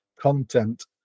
content